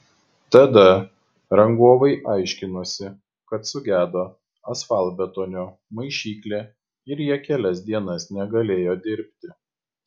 tada rangovai aiškinosi kad sugedo asfaltbetonio maišyklė ir jie kelias dienas negalėjo dirbti